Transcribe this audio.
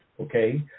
okay